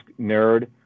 nerd